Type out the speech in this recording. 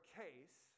case